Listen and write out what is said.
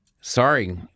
Sorry